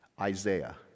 Isaiah